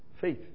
Faith